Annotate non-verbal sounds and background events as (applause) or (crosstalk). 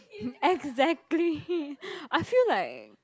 exactly (laughs) I feel like